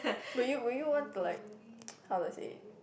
will you will you want to like how do I say it